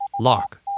Lock